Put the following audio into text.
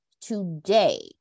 today